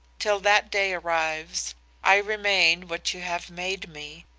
till that day arrives i remain what you have made me,